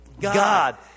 God